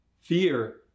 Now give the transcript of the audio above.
Fear